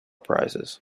prizes